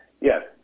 Yes